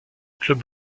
club